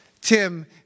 Tim